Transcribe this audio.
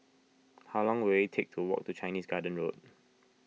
how long will it take to walk to Chinese Garden Road